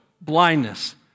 blindness